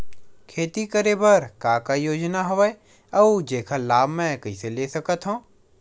खेती करे बर का का योजना हवय अउ जेखर लाभ मैं कइसे ले सकत हव?